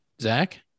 Zach